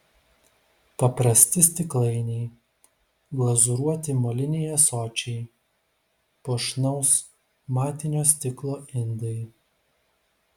paprasti stiklainiai glazūruoti moliniai ąsočiai puošnaus matinio stiklo indai